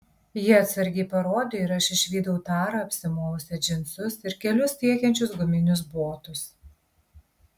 ji atsargiai parodė ir aš išvydau tarą apsimovusią džinsus ir kelius siekiančius guminius botus